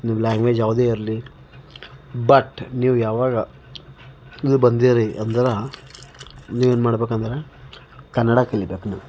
ನಿಮ್ಮ ಲ್ಯಾಂಗ್ವೇಜ್ ಯಾವುದೇ ಇರಲಿ ಬಟ್ ನೀವು ಯಾವಾಗ ನೀವು ಬಂದಿರಿ ಅಂದ್ರೆ ನೀವು ಏನು ಮಾಡ್ಬೇಕೆಂದ್ರೆ ಕನ್ನಡ ಕಲಿಬೇಕು ನೀವು